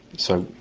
so,